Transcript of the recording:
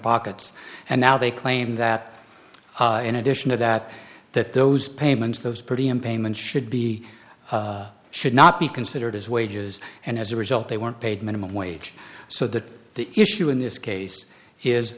pockets and now they claim that in addition to that that those payments those pretty in payment should be should not be considered as wages and as a result they weren't paid minimum wage so that the issue in this case is